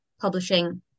publishing